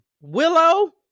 Willow